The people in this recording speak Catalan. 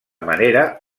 manera